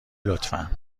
لطفا